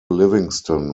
livingston